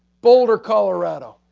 boulder, colorado.